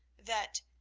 that,